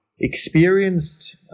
experienced